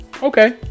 Okay